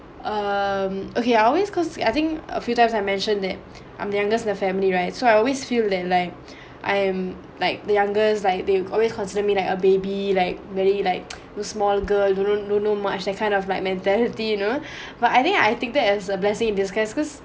um okay I always cause I think a few times I mentioned that I'm the youngest in the family right so I always feel that like I'm like the youngest like they they've always consider me like a baby like very like the small girl don't know don't know much that kind of like mentality you know but I think I take that as a blessing in disguise because